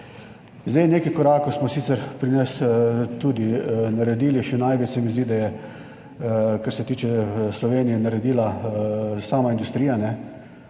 Nekaj korakov smo sicer tudi naredili pri nas, še največ se mi zdi, da je, kar se tiče Slovenije, naredila sama industrija,